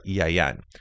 EIN